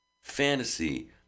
fantasy